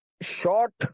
Short